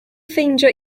ffeindio